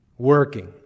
Working